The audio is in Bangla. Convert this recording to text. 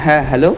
হ্যাঁ হ্যালো